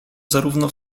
zarówno